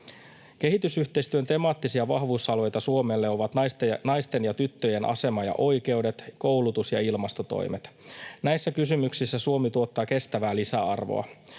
Kehitysyhteistyön temaattisia vahvuusalueita Suomelle ovat naisten ja tyttöjen asema ja oikeudet, koulutus ja ilmastotoimet. Näissä kysymyksissä Suomi tuottaa kestävää lisäarvoa.